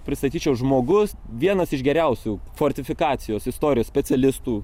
pristatyčiau žmogus vienas iš geriausių fortifikacijos istorijos specialistų